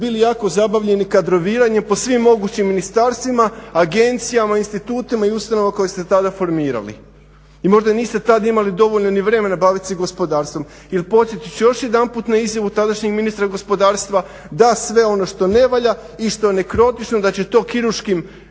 bili jako zabavljeni kadroviranjem po svim mogućim ministarstvima, agencijama, institutima i ustanovama koje ste tada formirali i možda i niste tada imali dovoljno ni vremena bavit se gospodarstvom. Jer podsjetit ću još jedanput na izjavu tadašnjeg ministra gospodarstva da sve ono što ne valja i što je nekrotično da će to kirurškim